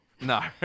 No